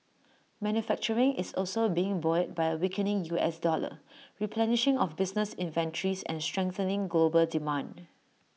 manufacturing is also being buoyed by A weakening U S dollar replenishing of business inventories and strengthening global demand